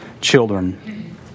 children